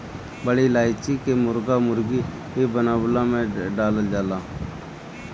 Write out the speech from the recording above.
बड़ी इलायची के मुर्गा मुर्गी बनवला में डालल जाला